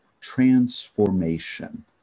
transformation